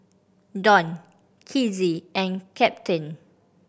Donn Kizzy and Captain